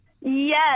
Yes